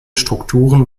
strukturen